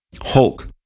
Hulk